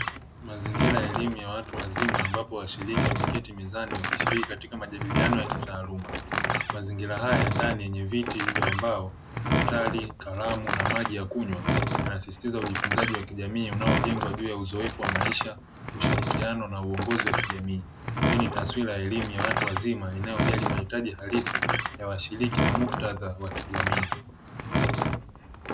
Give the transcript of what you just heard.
Mazingira ya elimu ya watu wazima ambapo washiriki wameketi mezani wakishiriki katika majadiliano ya kitaaluma. Mazingira haya ya ndani yenye viti vya mbao, daftari, kalamu na maji ya kunywa; yanasisitiza ujifunzaji wa kijamii unaojengwa juu ya uzoefu wa maisha, ushirikiano na uongozi wa kijamii. Hii ni taswira ya elimu ya watu wazima inayojali mahitaji ya halisi ya washiriki na muktadha wa kijamii.